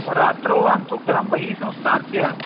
रात्रौ अहं तु गृहं बहिः संस्थाप्य